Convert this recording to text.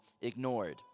ignored